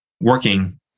working